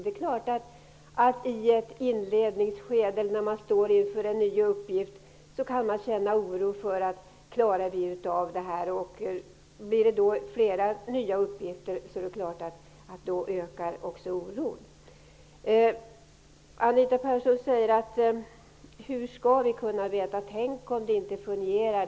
I ett inledningsskede eller när man står inför en ny uppgift kan man självfallet känna oro och undra om man klarar av det hela. Blir det flera nya uppgifter ökar naturligtvis också oron. Anita Persson frågar hur man skall kunna veta hur det blir. Hon säger: Tänk om det inte fungerar.